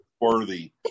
worthy